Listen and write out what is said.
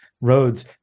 roads